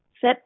set